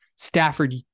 Stafford